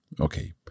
Okay